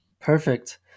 perfect